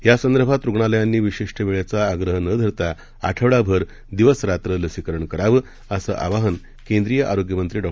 यासंदर्भात रुग्णालयांनी वशिष्ट वेळेचा आग्रह न धरता आठवडाभर दिवसरात्र लसीकरण करावं असं आवाहन केंद्रीय आरोग्य मंत्री डॉ